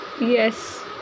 Yes